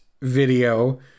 video